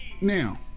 now